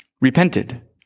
repented